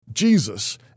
Jesus